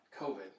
COVID